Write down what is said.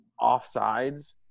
offsides